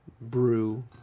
brew